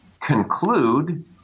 conclude